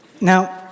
Now